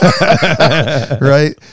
right